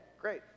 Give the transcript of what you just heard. great